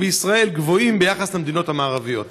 בישראל גבוהים ביחס למדינות המערביות?